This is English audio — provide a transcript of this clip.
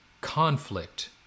conflict